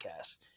podcast